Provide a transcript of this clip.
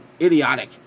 idiotic